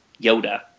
Yoda